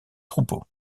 troupeaux